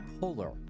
polar